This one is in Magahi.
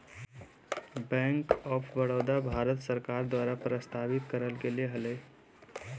बैंक आफ बडौदा, भारत सरकार द्वारा प्रस्तावित करल गेले हलय